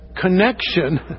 connection